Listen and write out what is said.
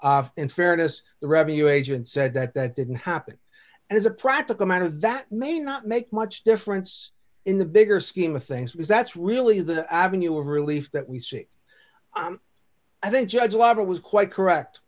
in fairness the revenue agent said that that didn't happen and as a practical matter that may not make much difference in the bigger scheme of things because that's really the avenue of relief that we see i think judge wapner was quite correct